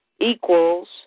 equals